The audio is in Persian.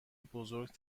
بزرگ